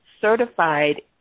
certified